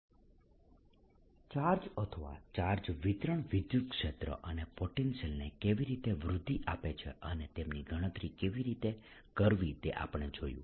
charge વિતરણની ઊર્જા - I charge અથવા ચાર્જ વિતરણ વિદ્યુતક્ષેત્ર અને પોટેન્શિયલને કેવી રીતે વૃદ્ધિ આપે છે અને તેમની ગણતરી કેવી રીતે કરવી તે આપણે જોયું